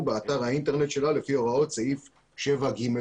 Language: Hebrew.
באתר האינטרנט שלה לפי הוראות סעיף 7(ג)(3),